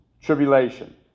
Tribulation